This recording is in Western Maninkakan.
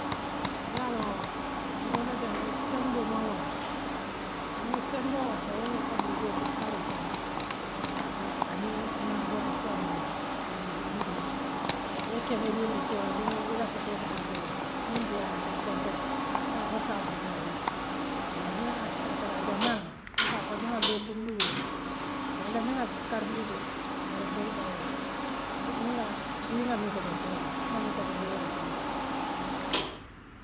Yaa loŋ ntool la jaŋ semboo man wara muŋ la semboo warta wooleka ndugoo kee karoo kono yaa ba aniŋ muŋ maaboor feŋoo beel bulu yoo jaŋ duŋ niŋ yee keme dii mussoola luŋoo nii ila sotoo kaaňanta woola niŋ bii ayaa ke kontoŋoola saňe foo saama fanaŋ yaa di ala yoo niŋ as aya tara ajammaa loŋ ikaa fo niŋ ŋaa dookundiwooti wala niŋ ŋa kar dooko ke bare ntool le jaŋ woo luŋ naa bii ŋa muŋ soto nka woole domo ŋa miŋ soto luŋoo luŋ nka wole domo.